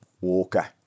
Walker